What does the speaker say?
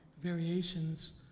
variations